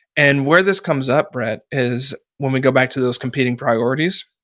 and where this comes up, brett, is when we go back to those competing priorities,